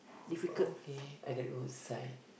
okay on the roadside